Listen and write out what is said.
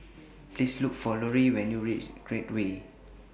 Please Look For Loree when YOU REACH Create Way